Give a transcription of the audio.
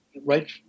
right